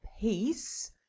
peace